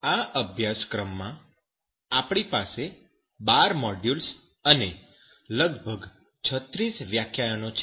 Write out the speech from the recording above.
આ અભ્યાસક્રમમાં આપણી પાસે 12 મોડ્યુલ્સ અને લગભગ 36 વ્યાખ્યાનો છે